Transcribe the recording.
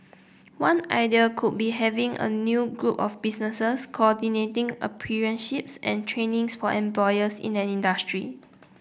one idea could be having a new group of businesses coordinating apprenticeships and trainings for employers in an industry